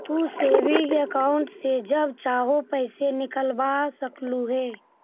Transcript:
तू saving account से जब चाहो पैसे निकलवा सकलू हे